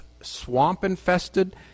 swamp-infested